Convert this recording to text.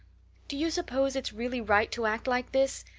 do you suppose it's really right to act like this?